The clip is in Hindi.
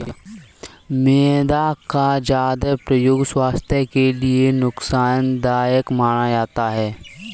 मैदा का ज्यादा प्रयोग स्वास्थ्य के लिए नुकसान देय माना जाता है